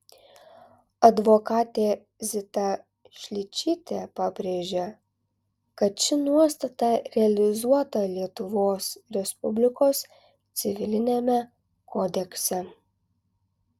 advokatė zita šličytė pabrėžia kad ši nuostata realizuota lietuvos respublikos civiliniame kodekse